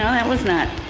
ah and was not.